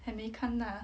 还没看啦 lah